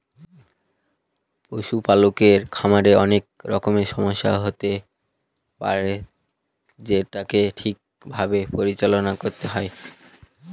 পশুপালকের খামারে অনেক রকমের সমস্যা হতে পারে যেটাকে ঠিক ভাবে পরিচালনা করতে হয়